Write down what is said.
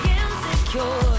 insecure